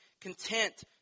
content